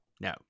No